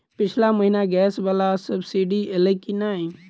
पिछला महीना गैस वला सब्सिडी ऐलई की नहि?